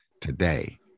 Today